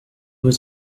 was